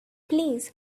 please